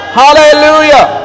hallelujah